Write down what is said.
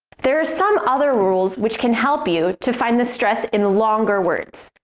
there are some other rules which can help you to find the stress in longer words.